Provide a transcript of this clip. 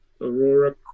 aurora